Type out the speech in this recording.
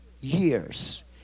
years